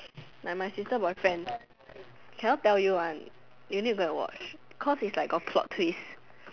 like my sister boyfriend cannot tell you one you need to go and watch cause is like got plot twist